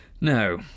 No